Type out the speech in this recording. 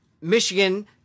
Michigan